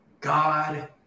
God